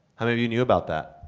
i mean of you knew about that?